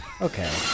Okay